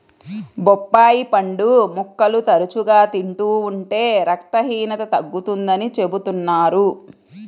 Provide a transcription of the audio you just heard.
బొప్పాయి పండు ముక్కలు తరచుగా తింటూ ఉంటే రక్తహీనత తగ్గుతుందని చెబుతున్నారు